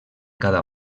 cada